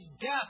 death